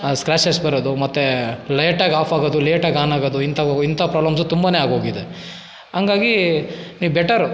ಆ ಸ್ಕ್ರ್ಯಾಶಸ್ ಬರೋದು ಮತ್ತೆ ಲೇಟಾಗಿ ಆಫ್ ಆಗೋದು ಲೇಟಾಗಿ ಆನ್ ಆಗೋದು ಇಂಥವವು ಇಂಥ ಪ್ರಾಬ್ಲಮ್ಸು ತುಂಬನೇ ಆಗೋಗಿದೆ ಹಂಗಾಗಿ ನೀವು ಬೆಟರು